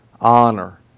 honor